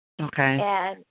Okay